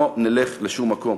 לא נלך לשום מקום.